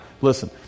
listen